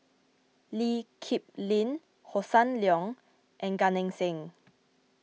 Lee Kip Lin Hossan Leong and Gan Eng Seng